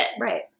right